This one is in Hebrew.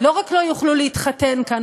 לא רק לא יוכלו להתחתן כאן,